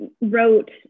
wrote